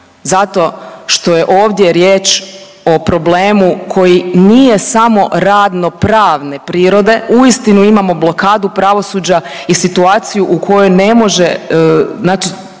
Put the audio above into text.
zato što je ovdje riječ o problemu koji nije samo radno pravne prirode. Uistinu imamo blokadu pravosuđa i situaciju u kojoj ne može